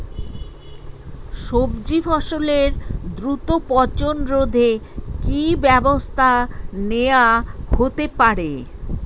সবজি ফসলের দ্রুত পচন রোধে কি ব্যবস্থা নেয়া হতে পারে?